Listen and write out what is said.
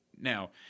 Now